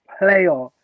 player